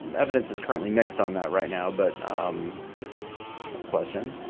um evidence is currently mixed on that right now. but it's a question.